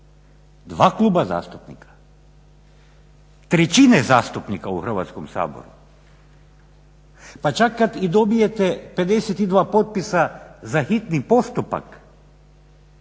dva kluba zastupnika, trećine zastupnika u Hrvatskom saboru. Pa čak kada i dobijete 52 potpisa za hitni postupak